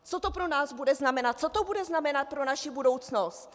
Co to pro nás bude znamenat, co to bude znamenat pro naši budoucnost?